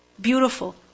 beautiful